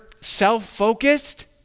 self-focused